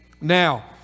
Now